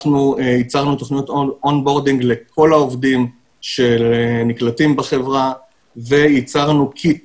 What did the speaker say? אנחנו הצגנו תוכניות און בורדינג לכל העובדים שנקלטים בחברה וייצרנו קיט